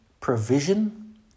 provision